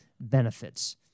benefits